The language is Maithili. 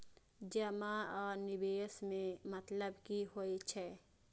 जमा आ निवेश में मतलब कि होई छै?